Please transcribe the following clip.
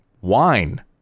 wine